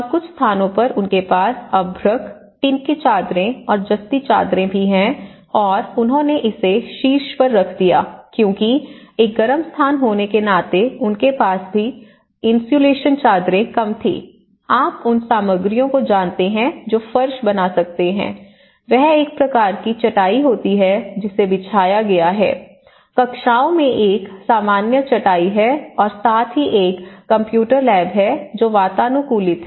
और कुछ स्थानों पर उनके पास अभ्रक टिन की चादरें और जस्ती चादरें भी हैं और उन्होंने इसे शीर्ष पर रख दिया क्योंकि एक गर्म स्थान होने के नाते उनके पास भी इन्सुलेशन चादरें कम थी आप उन सामग्रियों को जानते हैं जो फर्श बना सकते हैं वह एक प्रकार की चटाई होती है जिसे बिछाया गया है कक्षाओं में एक सामान्य चटाई है और साथ ही एक कंप्यूटर लैब है जो वातानुकूलित है